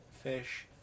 fish